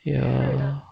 ya